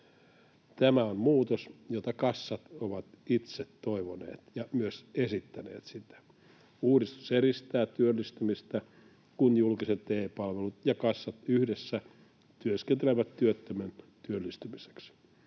Tämä on muutos, jota kassat ovat itse toivoneet ja myös esittäneet. Uudistus edistää työllistymistä, kun julkiset TE-palvelut ja kassat yhdessä työskentelevät työttömän työllistymiseksi.